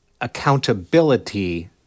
accountability